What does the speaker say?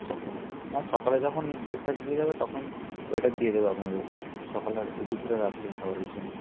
স ও হ্যাঁ সকালে যখন ব্রেকফাস্ট দিতে যাবে তখন ওয়েটার দিয়ে দেবে আপনাদেরকে সকালে এই দুপুর আর রাত্রের খাবারের জন্য